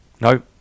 No